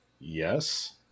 Yes